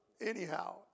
Anyhow